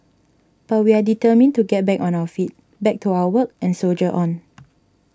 but we are determined to get back on our feet back to our work and soldier on